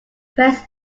press